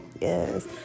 Yes